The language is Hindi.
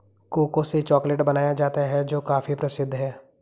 कोको से चॉकलेट बनाया जाता है जो काफी प्रसिद्ध है